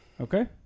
Okay